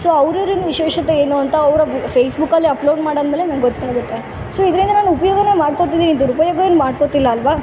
so ಅವ್ರ ಊರಿನ ವಿಶೇಷತೆ ಏನು ಅಂತ ಅವರ ಫೇಸ್ಬುಕಲ್ಲಿ ಅಪ್ಲೋಡ್ ಮಾಡಿದ್ಮೇಲೆ ನಂಗೊತ್ತಾಗುತ್ತೆ ಸೊ ಇದ್ರಿಂದ ನಾನು ಉಪ್ಯೋಗ ಮಾಡ್ಕೊತೀನಿ ದುರುಪಯೋಗ ಏನು ಮಾಡ್ಕೊತಿಲ್ಲ ಅಲ್ವ